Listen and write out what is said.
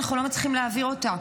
אנחנו לא מצליחים להעביר אותה,